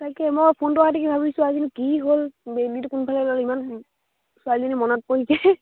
তাকে মই ফোন অহা দেখি ভাবিছোঁ আজিনো কি হ'ল ব্ৰেইনটো কোনফালে গ'ল ইমান ছোৱালীজনী মনত কৰিছে